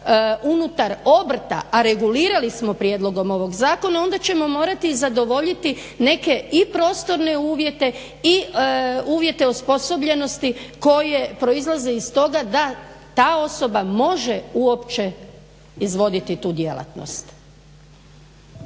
unutar obrta, a regulirali smo prijedlogom ovog zakona onda ćemo morati zadovoljiti neke i prostorne uvjete i uvjete osposobljenosti koje proizlaze iz toga da ta osoba može uopće izvoditi tu djelatnost.